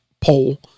poll